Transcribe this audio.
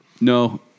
No